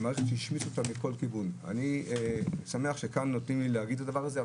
אני שמח שכאן נותנים לי להגיד את הדבר הזה.